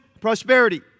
prosperity